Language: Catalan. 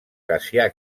cassià